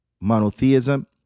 Monotheism